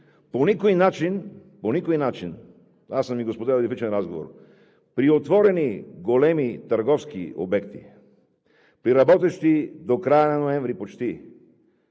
по никакъв начин, аз съм Ви го споделял в личен разговор, при отворени големи търговски обекти, при работещи почти до края на ноември питейни